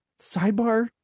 sidebar